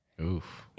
Oof